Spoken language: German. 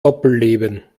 doppelleben